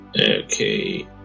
Okay